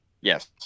Yes